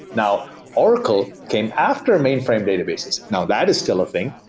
now, oracle came after mainframe databases. now that is still a thing.